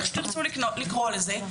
איך שתרצו לקרוא לזה,